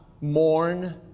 mourn